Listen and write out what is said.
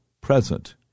present